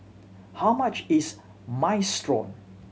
how much is Minestrone